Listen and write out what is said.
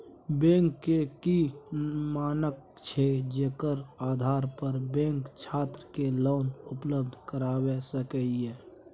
Bank के की मानक छै जेकर आधार पर बैंक छात्र के लोन उपलब्ध करय सके ये?